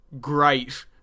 great